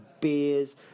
beers